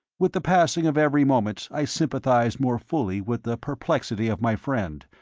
with the passing of every moment i sympathized more fully with the perplexity of my friend,